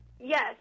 Yes